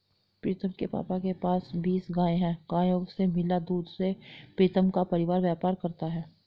प्रीतम के पापा के पास बीस गाय हैं गायों से मिला दूध से प्रीतम का परिवार व्यापार करता है